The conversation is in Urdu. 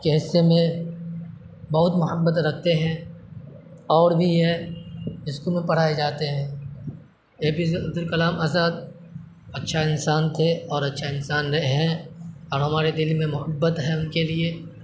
کے حصے میں بہت محبت رکھتے ہیں اور بھی یہ اسکول میں پڑھائے جاتے ہیں A P J Abdul Kalam Azad اچھا انسان تھے اور اچھا انسان رہے ہیں اور ہمارے دل میں محبت ہے ان کے لیے